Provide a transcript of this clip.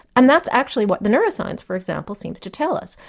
and that's actually what the neuroscience for example, seems to tell us.